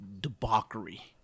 debauchery